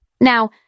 Now